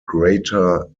greater